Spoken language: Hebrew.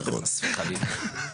חס וחלילה.